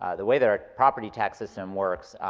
ah the way that our property tax system works,